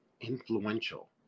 influential